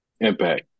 impact